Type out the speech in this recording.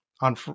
on